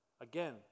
again